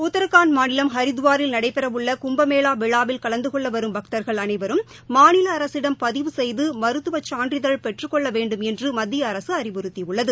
உத்ரகாண்ட் மாநிலம் ஹரித்துவாரில் நடைபெறவுள்ள கும்பமேளா விழாவில் கலந்துகொள்ள வரும் பக்தர்கள் அனைவரும் மாநில அரசிடம் பதிவு செய்து மருத்துவ சான்றிதழ் பெற்றுக்கொள்ள வேண்டும் என்று மத்திய அரசு அறிவுறுத்தியுள்ளது